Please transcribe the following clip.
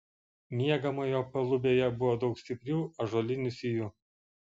miegamojo palubėje buvo daug stiprių ąžuolinių sijų